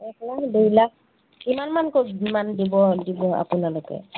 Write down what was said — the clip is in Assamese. এক লাখ দুই লাখ কিমানমান কি মান দিব দিব আপোনালোকে